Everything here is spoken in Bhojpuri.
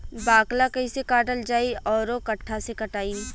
बाकला कईसे काटल जाई औरो कट्ठा से कटाई?